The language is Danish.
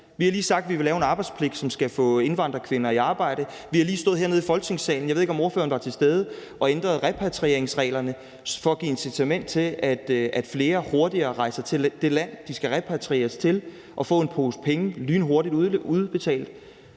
Vi har lige sagt, at vi vil lave en arbejdspligt, som skal få indvandrerkvinder i arbejde. Vi har lige stået hernede i Folketingssalen – jeg ved ikke, om ordføreren var til stede – og ændret repatrieringsreglerne for at give incitament til, at flere hurtigere rejser til det land, de skal repatrieres til, ved lynhurtigt at